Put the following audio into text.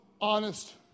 honest